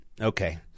okay